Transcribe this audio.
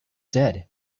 dead